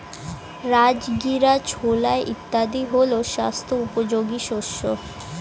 রাজগীরা, ছোলা ইত্যাদি হল স্বাস্থ্য উপযোগী শস্য